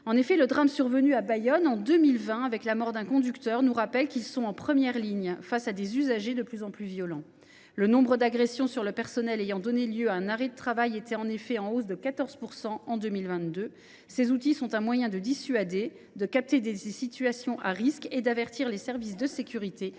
dispositif. Le drame survenu à Bayonne en 2020, avec la mort d’un conducteur, nous rappelle que les chauffeurs sont en première ligne face à des usagers de plus en plus violents. Le nombre d’agressions sur le personnel ayant donné lieu à un arrêt de travail était ainsi en hausse de 14 % en 2022. Ces outils permettent de dissuader, de capter les situations à risque et d’avertir les services de sécurité